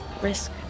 risk